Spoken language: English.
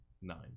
nine